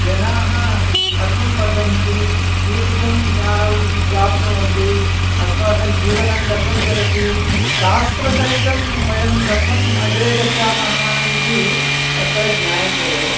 जनाः कथं पठन्ति कीदृशं ज्ञानं प्राप्नुवन्ति अस्माकं जीवनं कथं चलति शास्त्रसहितं वयं कथम् अग्रे गच्छामः इति तत्र ज्ञायते